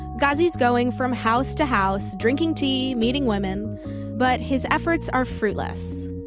ghazi's going from house to house, drinking tea, meeting women but his efforts are fruitless.